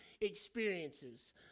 experiences